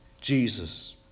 Jesus